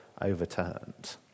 overturned